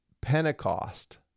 Pentecost